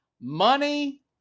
money